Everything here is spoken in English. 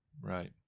Right